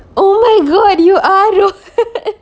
oh my god you are the one